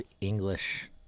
English